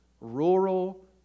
rural